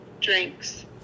drinks